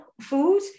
food